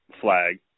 flag